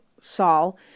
Saul